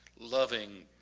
loving,